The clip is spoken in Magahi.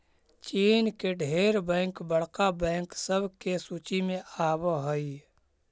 चीन के ढेर बैंक बड़का बैंक सब के सूची में आब हई